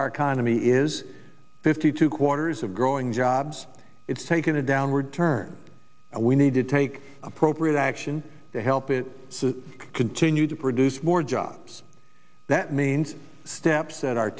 our economy is fifty two quarters of growing jobs it's taken a downward turn and we need to take appropriate action to help it continue to produce more jobs that means steps that are